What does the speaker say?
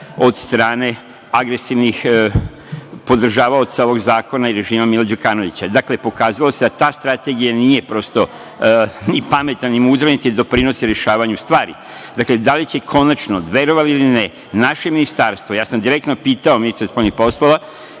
od strane agresivnih podržavaoca ovog zakona i režima Mila Đukanovića. Dakle, pokazalo se da ta strategija nije prosto ni pametna, ni mudra, niti doprinosi rešavanju stvari. Dakle, da li će konačno, verovali ili ne, naše ministarstvo, ja sam direktno pitao ministra spoljnih poslova,